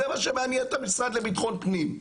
זה מה שמעניין את המשרד לביטחון פנים.